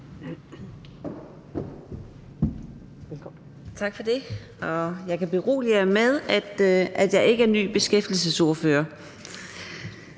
Tak for det. Jeg kan berolige jer med, at jeg ikke er ny beskæftigelsesordfører.